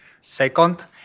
Second